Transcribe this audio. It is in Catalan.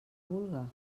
vulga